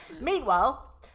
meanwhile